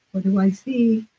what do i see?